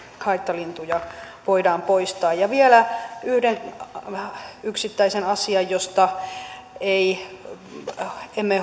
haittalintuja voidaan poistaa vielä yksi yksittäinen asia josta emme